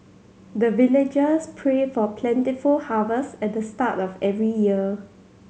the villagers pray for plentiful harvest at the start of every year